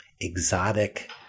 exotic